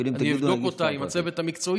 ואפילו אם תגידו,